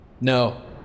no